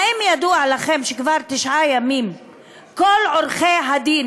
האם ידוע לכם שכבר תשעה ימים כל עורכי-הדין